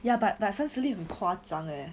ya but but 三十粒很夸张 leh